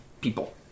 people